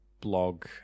blog